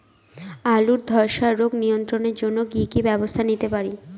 আলুর ধ্বসা রোগ নিয়ন্ত্রণের জন্য কি কি ব্যবস্থা নিতে পারি?